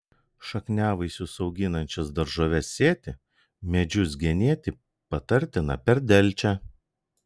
šakniavaisius auginančias daržoves sėti medžius genėti patartina per delčią